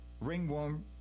ringworm